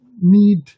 need